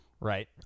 Right